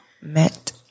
Met